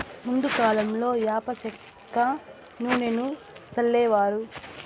ముందు కాలంలో యాప సెక్క నూనెను సల్లేవారు